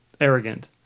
arrogant